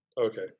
Okay